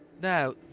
now